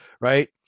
right